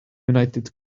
united